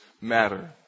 matter